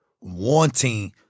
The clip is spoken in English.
wanting